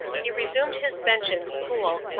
he resumed his bench in school,